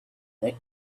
that